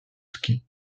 ski